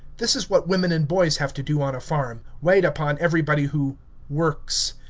this is what women and boys have to do on a farm, wait upon everybody who works.